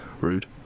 Rude